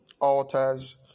altars